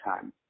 time